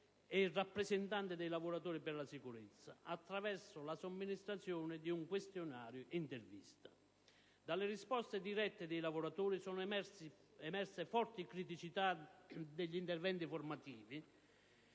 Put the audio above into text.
e rappresentanti dei lavoratori per la sicurezza attraverso la somministrazione di un questionario-intervista. Dalle risposte dirette dei lavoratori sono emerse forti criticità degli interventi formativi,